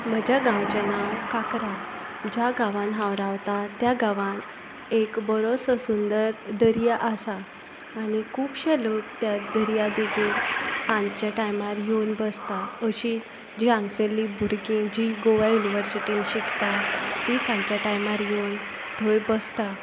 म्हज्या गांवचें नांव काकरा ज्या गांवांन हांव रावतां त्या गांवांत एक बरोसो सुंदर दर्या आसा आनी खुबशे लोक त्या दर्या देगेर सांच्या टायमार येवन बसता अशींत जीं हांगा सरलीं बुरगीं जीं गोवा युनिवर्सिटीन शिकता ती सांच्या टायमार येवन थंय बसता आ